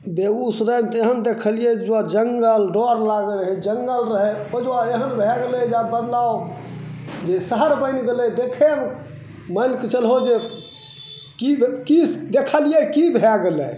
बेगुसरायमे तऽ एहन देखलियै एहिजा जङ्गल डर लागै रहै जङ्गल रहै ओहि दुआरे एहन भए गेलै जे बदलाओ जे शहर बनि गेलै जे देखैमे मानिके चलहो जे की की देखलियै की भए गेलै